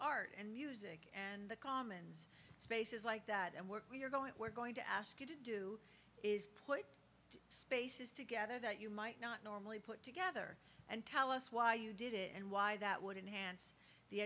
art and music and the commons spaces like that and work we're going to we're going to ask you to do is put spaces together that you might not normally put together and tell us why you did it and why that would in hants the